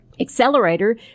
Accelerator